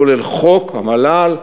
כולל חוק המל"ל,